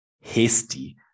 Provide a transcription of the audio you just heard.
hasty